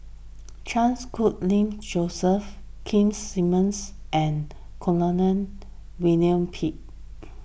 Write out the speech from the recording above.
Chans Khun Ling Joseph Keith Simmons and William Pett